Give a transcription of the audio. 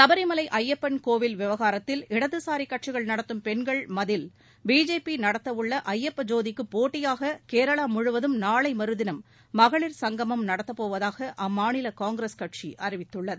சபரிமலை ஐயப்பன் கோவில் விவகாரத்தில் இடதுசாரிக் கட்சிகள் நடத்தும் பெண்கள் மதில் பிஜேபி நடத்தவுள்ள ஐயப்ப ஜோதிக்கு போட்டியாக கேரளா முழுவதும் நாளை மறுதினம் மகளிர் சங்கமம் நடத்தப் போவதாக அம்மாநில காங்கிரஸ் கட்சி அறிவித்துள்ளது